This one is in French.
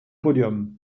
podium